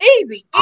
Easy